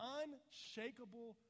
unshakable